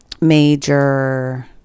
major